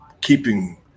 keeping